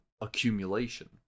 accumulation